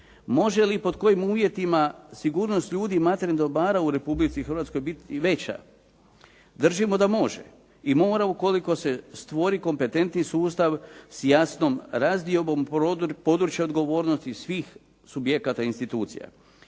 Može li i pod kojim uvjetima sigurnost ljudi i materijalnih dobara u Republici Hrvatskoj biti veća? Držimo da može i mora ukoliko se stvori kompetentni sustav s jasnom razdiobom područja odgovornosti svih subjekata institucija.